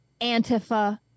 Antifa